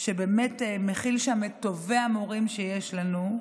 שבאמת מכיל שם את טובי המורים שיש לנו,